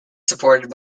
supported